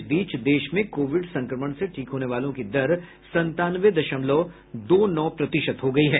इस बीच देश में कोविड संक्रमण से ठीक होने वालों की दर संतानवे दशमलव दो नौ प्रतिशत हो गई है